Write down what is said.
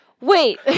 wait